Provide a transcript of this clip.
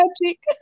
magic